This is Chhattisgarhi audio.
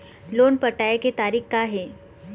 लोन पटाए के तारीख़ का हे?